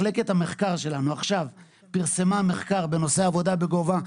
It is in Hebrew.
מחלקת המחקר שלנו פרסמה עכשיו מחקר בנושא עבודה בגובה,